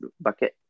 bucket